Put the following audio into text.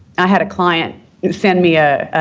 i had a client send me a